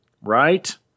right